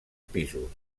pisos